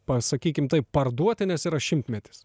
pa sakykim taip parduoti nes yra šimtmetis